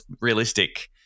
realistic